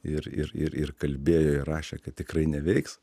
ir ir ir ir kalbėjo ir rašė kad tikrai neveiks